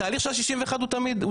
התהליך של 61 הוא תמיד קיים.